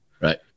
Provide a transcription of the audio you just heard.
Right